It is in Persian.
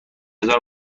هزار